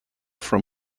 from